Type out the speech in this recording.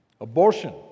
Abortion